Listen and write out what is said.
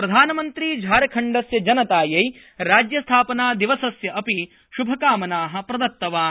प्रधनमन्त्री झारखण्डस्य जनतायै राज्यस्थापनादिवसस्य अपि श्भकामनाः प्रदत्तवान्